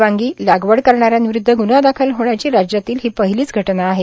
वांगी लागवड करणाऱ्यांविरुद्ध ग्न्हा दाखल होण्याची राज्यातील ही पहिलीच घटना आहे